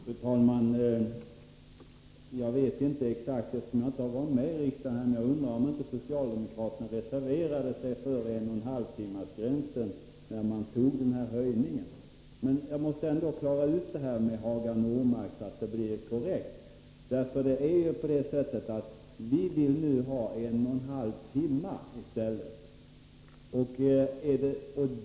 Fru talman! Jag vet inte exakt, eftersom jag inte har varit med i riksdagen så länge, men jag undrar om inte socialdemokraterna reserverade sig för en och en halv timmes-gränsen när man tog den här höjningen. Jag måste ändå klara ut det här med Hagar Normark så att det blir korrekt. Vi vill nu ha en och en halv timme i stället.